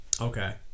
Okay